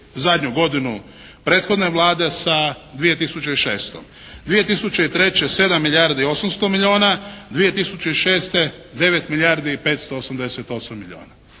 zadnju godinu prethodne Vlade sa 2006. 2003. 7 milijardi i 800 milijuna, 2006. 9 milijardi i 588 milijuna.